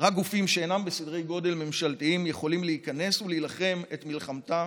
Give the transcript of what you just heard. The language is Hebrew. רק גופים שאינם בסדרי גודל ממשלתיים יכולים להיכנס ולהילחם את מלחמתה